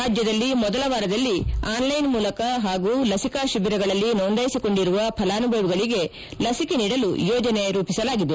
ರಾಜ್ಙದಲ್ಲಿ ಮೊದಲ ವಾರದಲ್ಲಿ ಆನ್ಲೈನ್ ಮೂಲಕ ಹಾಗೂ ಲಸಿಕಾ ಶಿಬಿರಗಳಲ್ಲಿ ನೋಂದಾಯಿಸಿಕೊಂಡಿರುವ ಫಲಾನುಭವಿಗಳಿಗೆ ಲಸಿಕೆ ನೀಡಲು ಯೋಜನೆ ರೂಪಿಸಲಾಗಿದೆ